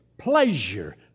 Pleasure